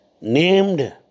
named